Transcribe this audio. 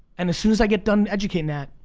and as soon as i get done educating that,